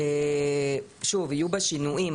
שוב, יהיו בה שינויים.